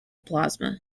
plasma